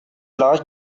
large